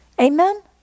Amen